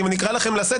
אם אני אקרא לכן לסדר,